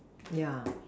ya